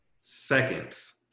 seconds